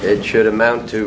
it should amount to